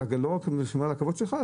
אתה לא רק שומר על הכבוד שלך,